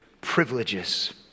Privileges